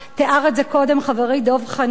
תיאר את זה קודם חברי דב חנין,